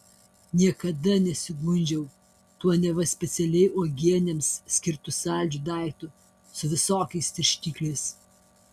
niekada nesigundžiau tuo neva specialiai uogienėms skirtu saldžiu daiktu su visokiais tirštikliais